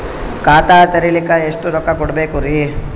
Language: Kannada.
ಖಾತಾ ತೆರಿಲಿಕ ಎಷ್ಟು ರೊಕ್ಕಕೊಡ್ಬೇಕುರೀ?